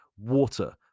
water